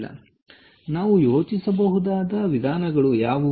ಆದ್ದರಿಂದ ನಾವು ಯೋಚಿಸಬಹುದಾದ ವಿಷಯಗಳು ಯಾವುವು